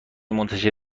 منتشر